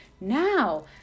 now